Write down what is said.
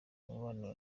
umubano